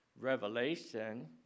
Revelation